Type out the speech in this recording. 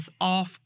off